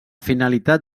finalitat